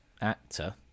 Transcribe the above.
actor